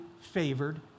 favored